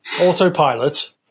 autopilot